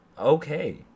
okay